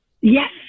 yes